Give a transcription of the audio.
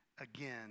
Again